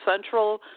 Central